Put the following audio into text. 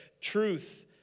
truth